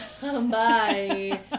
Bye